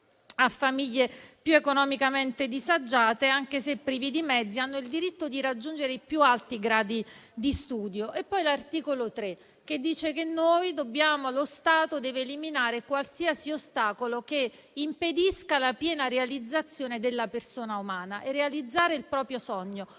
a famiglie economicamente disagiate e anche se privi di mezzi, hanno il diritto di raggiungere i gradi più alti degli studi. Poi c'è l'articolo 3, che dice che lo Stato deve eliminare qualsiasi ostacolo che impedisca la piena realizzazione della persona umana. Realizzare il proprio sogno,